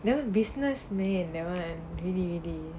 know business may never really already